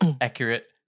accurate